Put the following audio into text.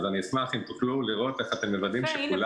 אז אני אשמח אם תוכלו לראות איך אתם מוודאים שכולם -- הנה,